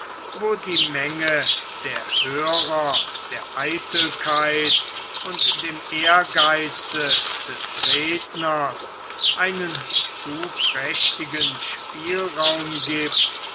wo die menge der hörer der eitelkeit und dem ehrgeize des redners einen zu prächtigen spielraum gibt